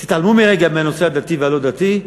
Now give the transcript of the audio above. תתעלמו לרגע מהנושא הדתי והלא-דתי,